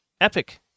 epic